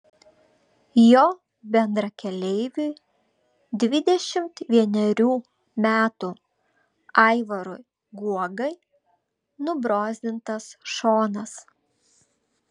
jo bendrakeleiviui dvidešimt vienerių metų aivarui guogai nubrozdintas šonas